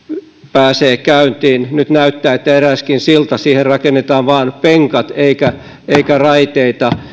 pääsee käyntiin nyt näyttää että erääseenkin siltaan rakennetaan vaan penkat eikä raiteita